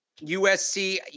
USC